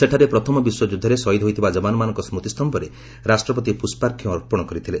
ସେଠାରେ ପ୍ରଥମ ବିଶ୍ୱଯୁଦ୍ଧରେ ଶହୀଦ ହୋଇଥିବା ଯବାନମାନଙ୍କ ସ୍ବତି ସ୍ତମ୍ଭରେ ରାଷ୍ଟ୍ରପତି ପୁଷ୍ପାର୍ଘ୍ୟ ଅର୍ପଣ କରିଥିଲେ